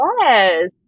Yes